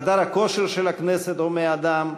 חדר הכושר של הכנסת הומה אדם,